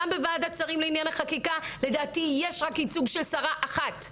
גם בוועדת שרים לענייני חקיקה לדעתי יש רק ייצוג של שרה אחת.